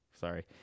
sorry